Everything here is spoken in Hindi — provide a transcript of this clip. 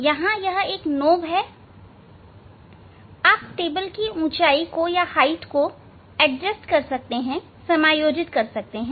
यहां यह एक नॉब है आप टेबल की ऊंचाई को एडजस्ट कर सकते हैं